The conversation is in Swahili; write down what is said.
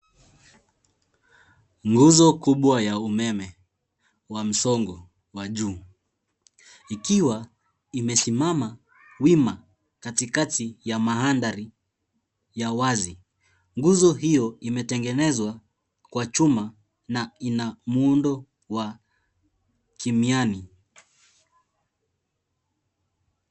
Nguzo kubwa ya umeme wa msongo wa juu ikiwa imesimama wima katikati ya mandhari ya wazi. Nguzo hiyo imetengenezwa kwa chuma na ina muundo wa kimiani.